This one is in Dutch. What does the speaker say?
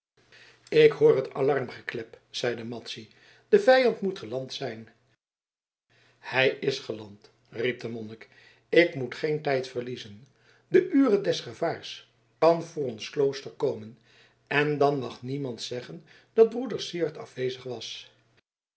ik hoor het alarmgeklep zeide madzy de vijand moet geland zijn hij is geland riep de monnik ik moet geen tijd verliezen de ure des gevaars kan voor ons klooster komen en dan mag niemand zeggen dat broeder syard afwezig was